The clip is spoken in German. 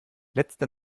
letzte